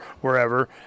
wherever